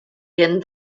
werden